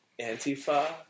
Antifa